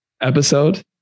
episode